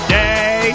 day